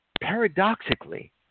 paradoxically